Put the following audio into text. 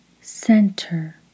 Center